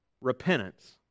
repentance